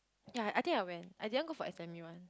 ya I think I went I didn't go for S_M_U one